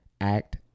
act